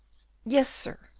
yes, sir,